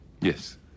Yes